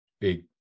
big